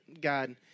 God